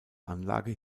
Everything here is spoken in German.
anlage